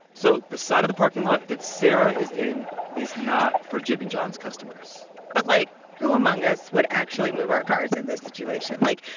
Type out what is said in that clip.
so the side of the parking lot that sarah is in is not for jimmy john's customers but, like, who among us would actually move our cars in this situation? like,